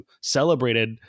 celebrated